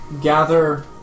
gather